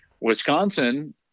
Wisconsin –